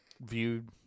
viewed